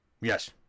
Yes